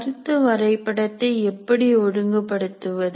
கருத்து வரைபடத்தை எப்படி ஒழுங்குபடுத்துவது